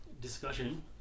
discussion